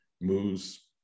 moves